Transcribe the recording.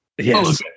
Yes